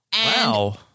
Wow